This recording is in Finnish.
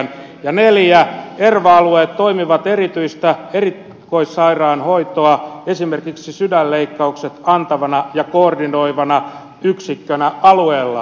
ja neljänneksi erva alueet toimivat erikoissairaanhoitoa esimerkiksi sydänleikkauksia antavana ja koordinoivana yksikkönä alueellaan